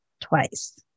twice